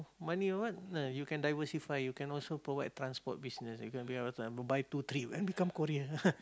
money or what ah you can diversify you can also provide transport business you can be able to then buy two three then become courier